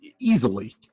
easily